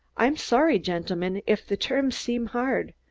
i'm sorry, gentlemen, if the terms seem hard,